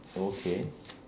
okay